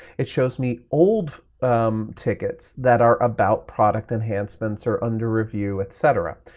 it shows me old um tickets that are about product enhancements or under review, et cetera.